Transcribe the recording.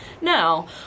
Now